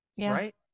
right